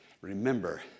remember